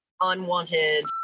unwanted